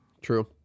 True